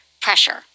pressure